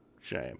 shame